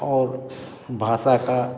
और भाषा का